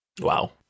Wow